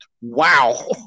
Wow